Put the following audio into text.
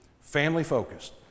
family-focused